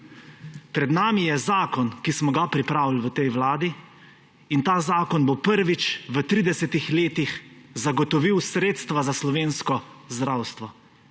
Pred nami je zakon, ki smo ga pripravili v tej vladi, in ta zakon bo prvič v tridesetih letih zagotovil sredstva za slovensko zdravstvo.